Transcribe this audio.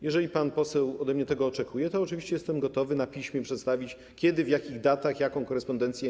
Jeżeli pan poseł ode mnie tego oczekuje, to oczywiście jestem gotowy na piśmie przedstawić, kiedy, w jakich datach, jaką korespondencję.